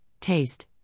taste